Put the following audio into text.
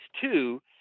two